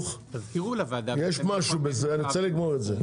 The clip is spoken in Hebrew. יש משהו בזה, ואני רוצה לסיים את העניין.